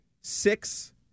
six